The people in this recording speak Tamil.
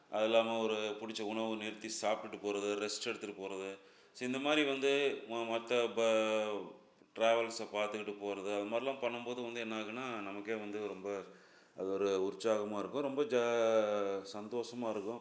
அது இல்லாமல் ஒரு பிடிச்ச உணவை நிறுத்தி சாப்பிட்டுட்டுப் போகிறது ரெஸ்ட் எடுத்துட்டுப் போகிறது ஸோ இந்த மாதிரி வந்து ம மற்ற இப்போ ட்ராவல்ஸை பார்த்துக்கிட்டுப் போகிறது அதை மாதிரிலாம் பண்ணும்போது வந்து என்ன ஆகும்னா நமக்கே வந்து ரொம்ப அது ஒரு உற்சாகமாக இருக்கும் ரொம்ப ஜா சந்தோசமாக இருக்கும்